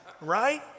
right